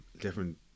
Different